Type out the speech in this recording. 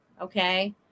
okay